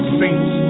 saints